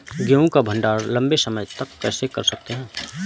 गेहूँ का भण्डारण लंबे समय तक कैसे कर सकते हैं?